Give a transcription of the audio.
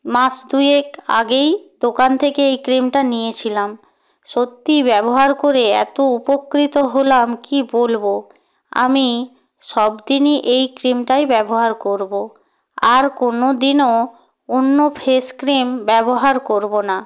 মাস দুয়েক আগেই দোকান থেকে এই ক্রিমটা নিয়েছিলাম সত্যিই ব্যবহার করে এত উপকৃত হলাম কী বলবো আমি সব দিনই এই ক্রিমটাই ব্যবহার করবো আর কোনো দিনও অন্য ফেস ক্রিম ব্যবহার করবো না